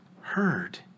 heard